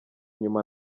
nyuma